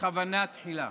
בכוונת תחילה.